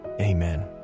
amen